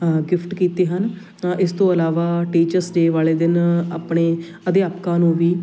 gift ਕੀਤੇ ਹਨ ਇਸ ਤੋਂ ਇਲਾਵਾ ਟੀਚਰਸ ਡੇ ਵਾਲੇ ਦਿਨ ਆਪਣੇ ਅਧਿਆਪਕਾਂ ਨੂੰ ਵੀ